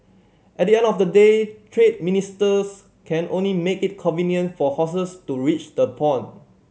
at the end of the day trade ministers can only make it convenient for horses to reach the pond